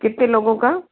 कितने लोगों का